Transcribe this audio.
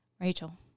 Rachel